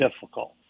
difficult